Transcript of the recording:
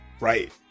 right